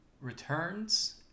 returns